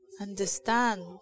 understand